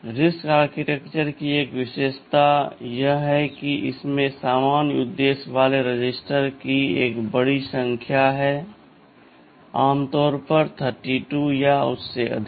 RISC architecture की एक विशेषता यह है कि इसमें सामान्य उद्देश्य वाले रजिस्टरों की एक बड़ी संख्या है आमतौर पर 32 या अधिक